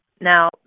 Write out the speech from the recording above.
Now